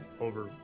over